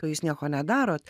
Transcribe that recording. o jūs nieko nedarot